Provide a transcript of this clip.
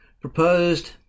proposed